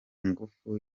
ngufu